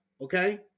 Okay